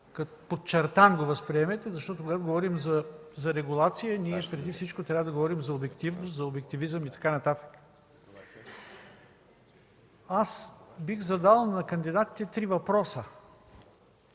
като подчертан, защото, когато говорим за регулация, ние преди всичко трябва да говорим за обективност, за обективизъм и така нататък. Аз бих задал на кандидатите три въпроса.